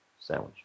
sandwich